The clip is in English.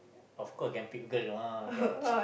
of course can pick girl mah can chicks